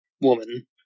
woman